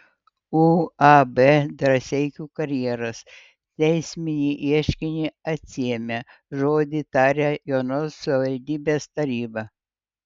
uab drąseikių karjeras teisminį ieškinį atsiėmė žodį tarė jonavos savivaldybės taryba